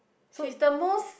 she's the most